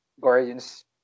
Guardians